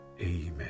Amen